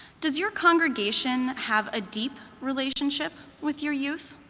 does your congregation have a deep relationship with your youth?